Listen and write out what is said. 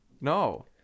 No